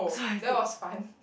that was fun